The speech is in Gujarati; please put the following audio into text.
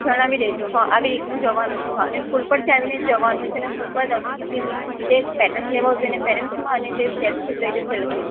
જણાવી દેજો હા આવી રીતે નું જવાનું છે હા અને સ્કૂલ પરથી આવીને જવાનું છે ને સ્કુલ પર જ આવશે પછી જેને પેરેન્ટ્સ લેવા આવશે એને પેરેન્ટ્સમાં અને જે સેલ્ફથી આવે એ સેલ્ફથી